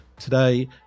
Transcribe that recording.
today